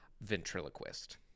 Ventriloquist